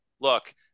look